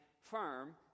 firm